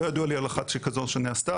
לא ידוע לי על אחת שכזו שנעשתה,